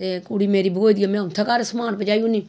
ते कुड़ी मेरी ब्होई दी ऐ में ओह्दे घर समान पजाई ओड़नी